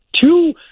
two